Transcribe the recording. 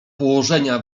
położenia